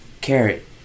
Carrot